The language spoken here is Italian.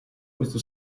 questo